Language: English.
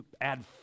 add